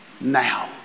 now